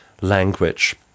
language